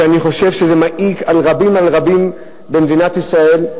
ואני חושב שזה מעיק על רבים רבים במדינת ישראל.